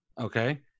Okay